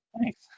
Thanks